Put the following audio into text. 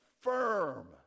firm